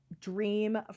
dream